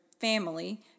family